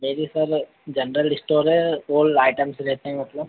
मेरी sir general store है all items रहते हैं मतलब